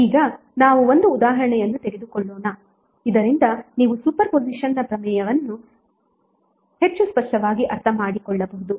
ಈಗ ನಾವು ಒಂದು ಉದಾಹರಣೆಯನ್ನು ತೆಗೆದುಕೊಳ್ಳೋಣ ಇದರಿಂದ ನೀವು ಸೂಪರ್ ಪೊಸಿಷನ್ನ್ ಪ್ರಮೇಯವನ್ನು ಹೆಚ್ಚು ಸ್ಪಷ್ಟವಾಗಿ ಅರ್ಥಮಾಡಿಕೊಳ್ಳಬಹುದು